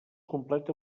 completa